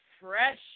fresh